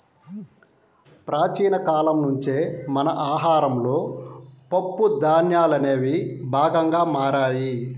ప్రాచీన కాలం నుంచే మన ఆహారంలో పప్పు ధాన్యాలనేవి భాగంగా మారాయి